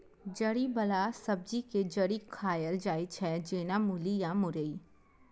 जड़ि बला सब्जी के जड़ि खाएल जाइ छै, जेना मूली या मुरइ